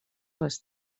les